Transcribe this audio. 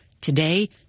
Today